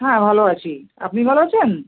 হ্যাঁ ভালো আছি আপনি ভালো আছেন